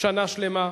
שנה שלמה.